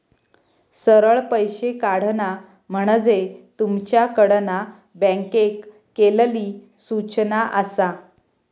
सरळ पैशे काढणा म्हणजे तुमच्याकडना बँकेक केलली सूचना आसा